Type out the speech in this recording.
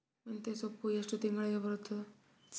ಮೆಂತ್ಯ ಸೊಪ್ಪು ಎಷ್ಟು ತಿಂಗಳಿಗೆ ಬರುತ್ತದ?